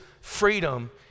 freedom